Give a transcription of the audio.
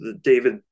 David